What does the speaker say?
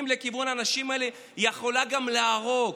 לכיוון האנשים האלה יכולה גם להרוג,